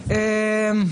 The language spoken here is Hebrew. עכשיו,